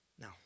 Now